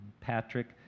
Patrick